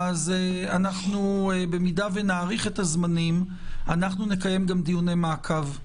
אם נאריך את הזמנים, נקיים גם דיוני מעקב.